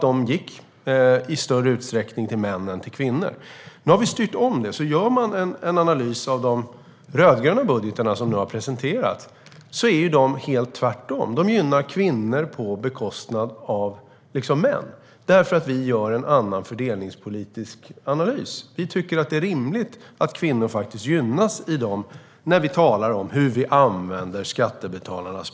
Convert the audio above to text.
De gick i större utsträckning till män än till kvinnor. Nu har vi styrt om detta. En analys av de rödgröna budgetar som har presenterats visar att det är alldeles tvärtom. De gynnar kvinnor på bekostnad av män, för vi gör en annan fördelningspolitisk analys. När det gäller hur vi använder skattebetalarnas pengar tycker vi att det är rimligt att kvinnor gynnas i budgetarna.